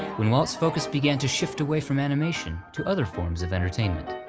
when walt's focus began to shift away from animation, to other forms of entertainment.